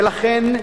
ולכן,